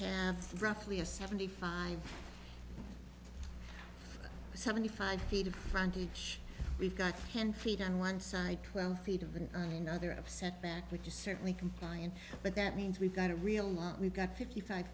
have roughly a seventy five to seventy five feet of front page we've got ten feet on one side twelve feet of the other upset back which is certainly compliant but that means we've got a real moment we've got fifty five